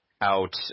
out